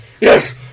Yes